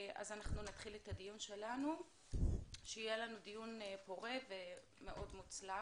נפתח את הדיון שלנו, שיהיה לנו דיון פורה ומוצלח.